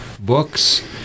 books